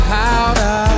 powder